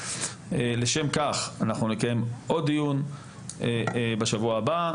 לשם כך אנחנו נקיים עוד דיון בשבוע הבא.